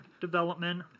Development